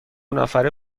نفره